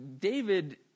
David